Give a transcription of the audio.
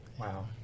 wow